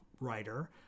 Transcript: writer